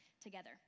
together